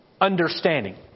understanding